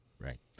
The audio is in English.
right